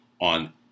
on